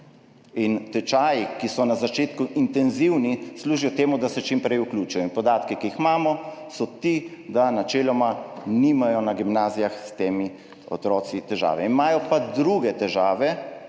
Tečaji, ki so na začetku intenzivni, služijo temu, da se čim prej vključijo. Podatki, ki jih imamo, so ti, da načeloma na gimnazijah s tem otroci nimajo težav. Imajo pa druge težave,